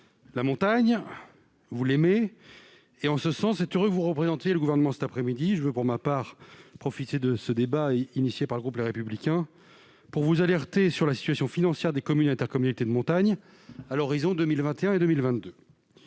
la montagne, vous l'aimez, et, en ce sens, il est heureux que vous représentiez le Gouvernement cet après-midi. Je veux profiter de ce débat initié par le groupe Les Républicains pour vous alerter sur la situation financière des communes et intercommunalités de montagne à l'horizon de 2021 et 2022.